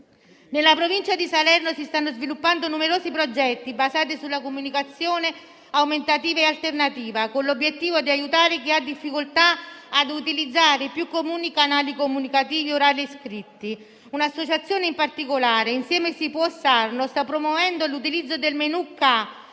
Nella Provincia di Salerno si stanno sviluppando numerosi progetti basati sulla comunicazione aumentativa e alternativa, con l'obiettivo di aiutare chi ha difficoltà a utilizzare i più comuni canali comunicativi orali e scritti. Un'associazione in particolare, «Insieme si può Sarno», sta promuovendo l'utilizzo del menù CAA,